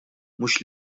mhux